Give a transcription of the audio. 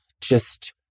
just-